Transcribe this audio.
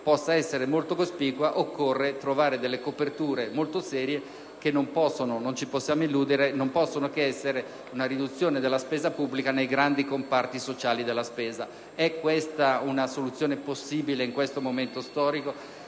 possa essere molto cospicua occorre trovare coperture molto serie che - non ci possiamo illudere - non possono che essere una riduzione della spesa pubblica nei grandi comparti sociali. È questa una soluzione possibile nell'attuale momento storico?